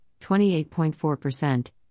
28.4%